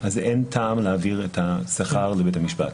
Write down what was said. אין טעם להעביר את השכר לבית המשפט.